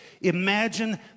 Imagine